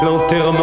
l'enterrement